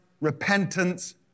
repentance